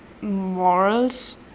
morals